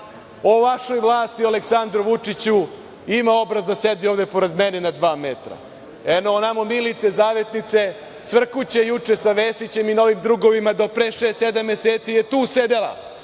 o vašoj vlasti, o Aleksandru Vučiću. Ima obraz da sedi ovde pored mene na dva metra. Eno onamo Milice Zavetnice, cvrkuće juče sa Vesićem i novim drugovima, do pre šest, sedam meseci je tu sedela,